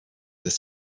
des